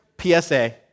PSA